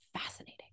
fascinating